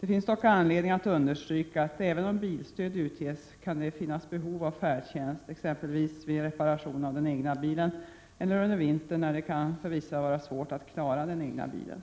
Det finns dock anledning att understryka att även om bilstöd utges, kan det finnas behov av färdtjänst, exempelvis vid reparation av den egna bilen eller under vintern när det för vissa kan vara svårt att klara den egna bilen.